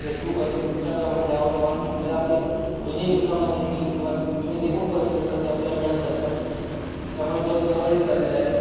Facebook असेल Instagram असेल यावर आपल्याला आपले जुने मित्रमैत्रिणी किंवा जुने जे कोण परिचित असतात ते आपल्याला मिळत जातात त्यामुळे जग जवळ येत चाललेलं आहे